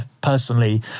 personally